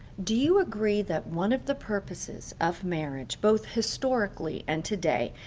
do you agree that one of the purposes of marriage, both historically and today,